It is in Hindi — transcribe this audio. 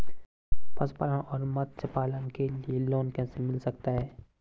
पशुपालन और मत्स्य पालन के लिए लोन कैसे मिल सकता है?